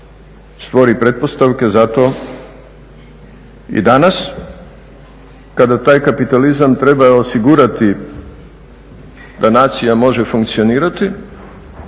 stvori pretpostavke za to. I da nas kada taj kapitalizam treba osigurati da nacija može funkcionirati,